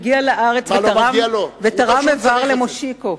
שהגיע לארץ ותרם איבר למושיקו.